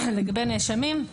לגבי נאשמים,